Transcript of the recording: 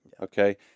okay